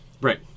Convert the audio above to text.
right